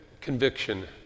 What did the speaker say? conviction